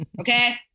okay